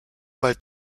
bald